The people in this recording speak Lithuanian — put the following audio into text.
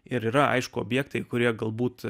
ir aišku objektai kurie galbūt